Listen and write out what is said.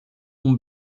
uma